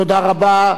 תודה רבה.